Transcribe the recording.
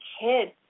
kids